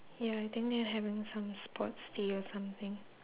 ya I think they're having some sports day or something